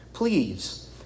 Please